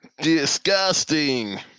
disgusting